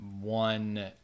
one